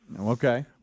Okay